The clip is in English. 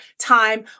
time